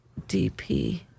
DP